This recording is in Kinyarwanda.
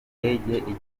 ijya